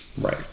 Right